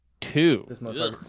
two